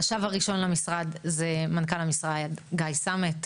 עכשיו הראשון למשרד הוא מנכ"ל המשרד גיא סמט,